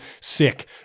Sick